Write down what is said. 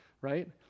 Right